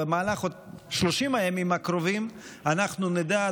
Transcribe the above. במהלך 30 הימים הקרובים אנחנו נדע,